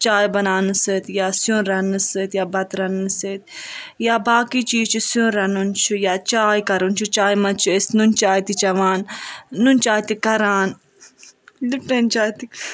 چاے بناونہٕ سۭتۍ یا سِیُن رَننہٕ سۭتۍ یا بَتہٕ رَنہٕ سۭتۍ یا باقی چیز چھِ سِیُن رَنُن چھُ یا چاے کَرُن چھُ چاے منٛز چھِ أسۍ نُن چاے تہِ چٮ۪وان نُن چاے تہِ کَران لِپٹن چاے تہِ